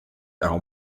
our